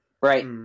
Right